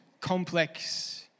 complex